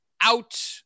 out